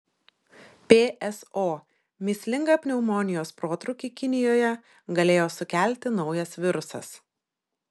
pso mįslingą pneumonijos protrūkį kinijoje galėjo sukelti naujas virusas